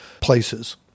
places